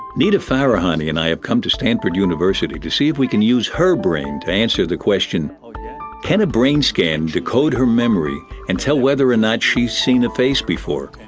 nita farahany and i have come to stanford university to see if we can use her brain to answer the question can a brain scan decode her memory and tell whether or not she has seen a face before?